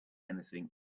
anything